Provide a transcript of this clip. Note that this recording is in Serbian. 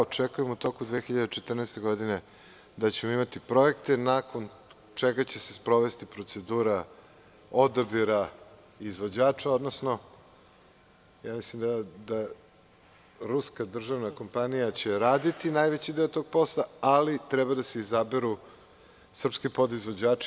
Očekujem u toku 2014. godine da ćemo imati projekte, nakon čega će se sprovesti procedura odabira izvođača, odnosno, mislim da će ruska državna kompanija raditi najveći deo tog posla, ali treba da se izaberu srpski podizvođači.